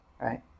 right